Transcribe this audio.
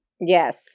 Yes